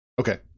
Okay